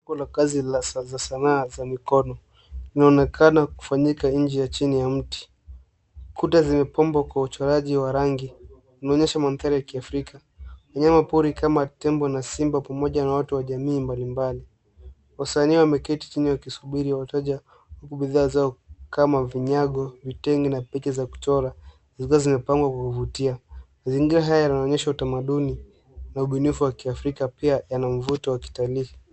Mwenye kazi huyu anafanya mikono, akishughulika na kazi mbalimbali nyumbani. Kuta zimepambwa kwa rangi nzuri, zikionyesha mtindo wa Montenegro na Afrika. Eneo hili lina mandhari ya wanyama kama simba na watu wa jamii tofauti. Vitu vya jikoni, kama sahani, vitengo, na keki, vinatumika kwa utaratibu wa kitamaduni. Hii yote inaonyesha utamaduni na mapambo ya kipekee.